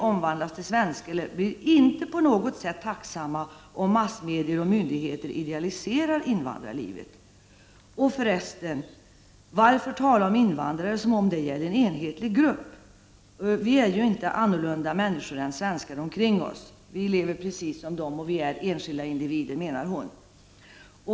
— omvandlas till svenskar blir inte på något sätt tacksamma om massmedier och myndigheter idealiserar invandrarlivet. Och förresten: varför tala om invandrare som om det gällde en enhetlig grupp? Vi är ju inte annorlunda människor än svenskarna omkring oss”. Invandrarna lever precis som svenskarna och är enskilda individer, menar hon.